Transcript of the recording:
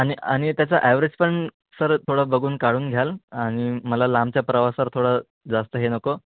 आणि आणि त्याचा ॲव्हरेज पण सर थोडं बघून काढून घ्याल आणि मला लांबच्या प्रवासाला थोडं जास्त हे नको